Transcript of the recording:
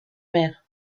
mers